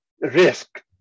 risk